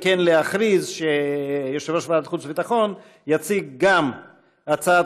להכריז שיושב-ראש ועדת חוץ וביטחון יציג גם הצעת